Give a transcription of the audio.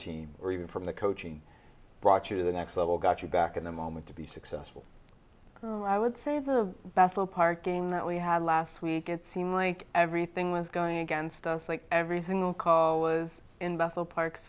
team or even from the coaching brought you to the next level got you back in the moment to be successful i would say the best for parking that we had last week it seemed like everything was going against us like every single call was in buffalo park